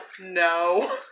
no